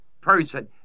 person